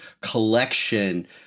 collection